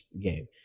game